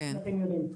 אם אתם יודעים.